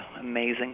amazing